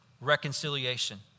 reconciliation